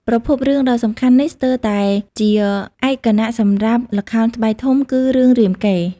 ប្រភពរឿងដ៏សំខាន់នេះស្ទើរតែជាឯកគណៈសម្រាប់ល្ខោនស្បែកធំ គឺ រឿងរាមកេរ្តិ៍ ។